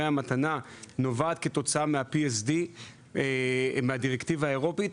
המתנה נובעת מה-PSD ; הדירקטיבה האירופאית.